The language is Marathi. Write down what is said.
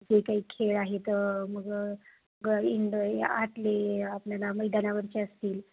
जे काही खेळ आहेत तर मग इनडो आतले आपल्याला मैदानावरचे असतील